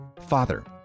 father